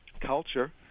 culture